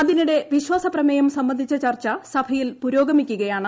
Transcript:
അതിനിടെ വിശ്വാസപ്രമേയം സംബന്ധിച്ച ചർച്ച സഭയിൽ പുരോഗമിക്കുകയാണ്